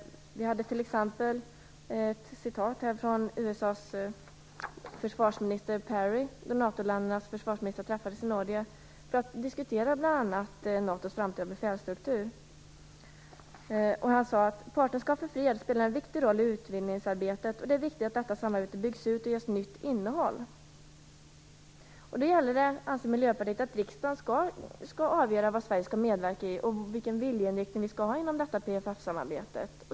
När NATO-ländernas försvarsministrar träffades i Norge för att diskutera bl.a. NATO:s framtida befälsstruktur sade USA:s försvarsminister William Perry att Partnerskap för fred spelar en viktig roll i utvidgningsarbetet och att det är viktigt att detta samarbete byggs ut och ges nytt innehåll. Miljöpartiet anser att riksdagen skall avgöra vad Sverige skall medverka i och vilken viljeinriktning vi skall ha inom PFF-samarbetet.